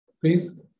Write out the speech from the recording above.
Please